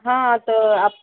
हा तर आप